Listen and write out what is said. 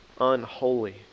unholy